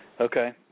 Okay